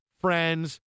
friends